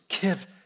give